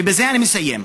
ובזה אני מסיים,